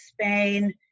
Spain